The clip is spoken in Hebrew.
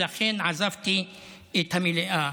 ולכן עזבתי את המליאה,